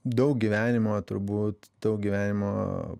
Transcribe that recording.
daug gyvenimo turbūt gyvenimo